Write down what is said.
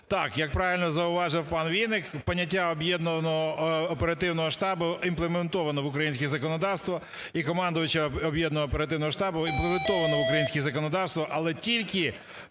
Так, як правильно зауважив пан Вінник, поняття "Об'єднаного оперативного штабу" імплементовано в українське законодавство і "командуючого Об'єднаного оперативного штабу" імплементовано в українське законодавство, але тільки